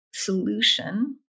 Solution